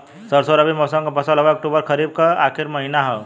सरसो रबी मौसम क फसल हव अक्टूबर खरीफ क आखिर महीना हव